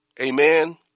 Amen